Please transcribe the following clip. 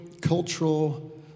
cultural